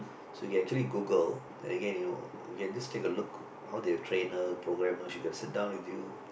so you can actually Google again you know you can just take a look how they have train her program her she can sit down with you